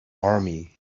army